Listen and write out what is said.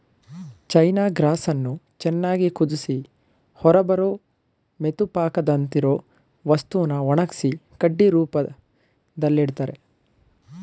ಚೈನ ಗ್ರಾಸನ್ನು ಚೆನ್ನಾಗ್ ಕುದ್ಸಿ ಹೊರಬರೋ ಮೆತುಪಾಕದಂತಿರೊ ವಸ್ತುನ ಒಣಗ್ಸಿ ಕಡ್ಡಿ ರೂಪ್ದಲ್ಲಿಡ್ತರೆ